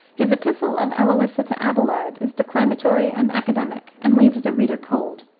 his epistle of eloisa to abelard is declamatory and academic, and leaves the reader cold.